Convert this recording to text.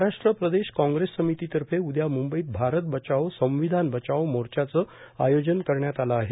महाराष्ट्र प्रदेश काँग्रेस समितीतर्फे उद्या मुंबईत भारत बचाओ संविधान बचाओ मोर्चाच आयोजन करण्यात आलं आहे